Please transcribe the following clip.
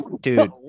dude